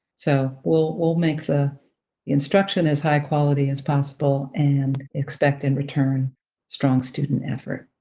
so we'll we'll make the instruction as high quality as possible and expect in return strong student effort.